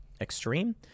Extreme